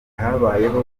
habayeho